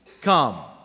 come